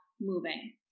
moving